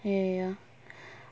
ya ya ya